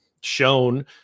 shown